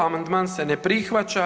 Amandman se ne prihvaća.